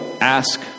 ask